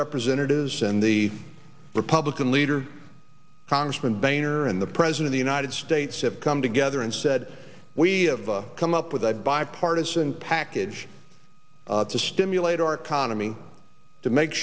representatives and the republican leader congressman boehner and the president united states have come together and said we have the come up with a bipartisan package to stimulate our economy to make